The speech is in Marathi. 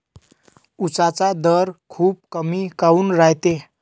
उसाचा दर खूप कमी काऊन रायते?